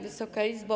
Wysoka Izbo!